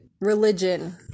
religion